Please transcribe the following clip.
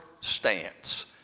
stance